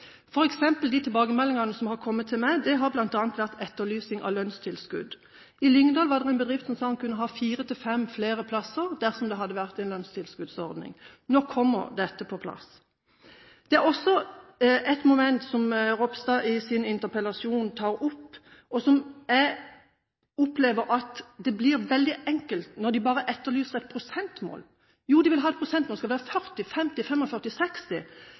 de tilbakemeldingene som har kommet til meg, har det bl.a. vært etterlysning av lønnstilskudd. I Lyngdal var det en bedrift som sa de kunne ha fire eller fem flere plasser dersom det hadde vært en lønnstilskuddsordning. Nå kommer dette på plass. Et moment som Ropstad i sin interpellasjon tar opp, og som jeg opplever blir veldig enkelt, er at de bare etterlyser et prosentmål. De vil ha et prosentmål – skal det være 40 pst., 50